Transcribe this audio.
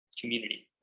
community